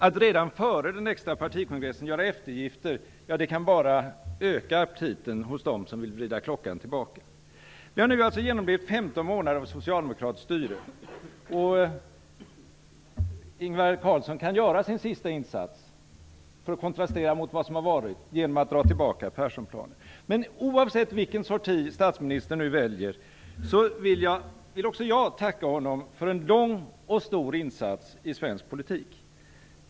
Att redan före den extra partikongressen göra eftergifter kan bara öka aptiten hos dem som vill vrida klockan tillbaka. Vi har nu genomlidit 15 månader av socialdemokratiskt styre. Ingvar Carlsson kan göra en sista insats för att kontrastera mot vad som har varit genom att dra tillbaka Perssonplanen. Men oavsett vilken sorti statsministern nu väljer vill också jag tacka honom för en långvarig och stor insats i svensk politik.